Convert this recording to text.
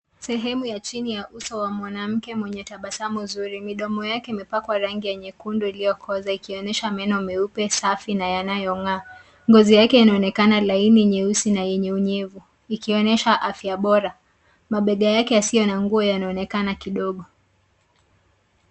Sehemu ya chini ya uso wa mwanamke mwenye tabasamu nzuri. Midomo yake imepakwa rangi ya nyekundu iliyokoza ikionyesha leno meupe, safi na yanayong'aa. Ngozi yake inaonekana laini, nyeusi na yenye unyevu ikionyesha afya bora. Mabega yake yasiyo na nguo yanaonekana kidogo.